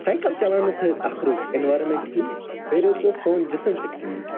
cycle چَلاونہٕ سۭتۍ اَکھ روزٕ ایٚنویٚرانمیٚنٛٹ ٹھیٖک بیٚیہِ روزِ سون جسم تہِ ٹھیٖک